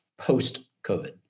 post-COVID